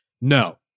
No